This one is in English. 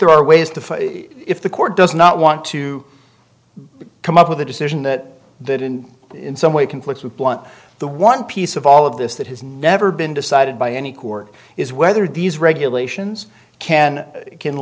there are ways to fight if the court does not want to come up with a decision that that in some way conflicts with blunt the one piece of all of this that has never been decided by any court is whether these regulations can can